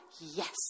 yes